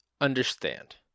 understand